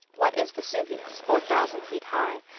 what is vesuvius, four thousand feet high,